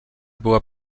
była